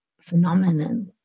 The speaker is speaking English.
phenomenon